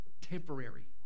Temporary